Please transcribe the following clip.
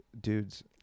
dudes